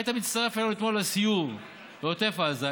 היית מצטרף אלינו אתמול לסיור בעוטף עזה,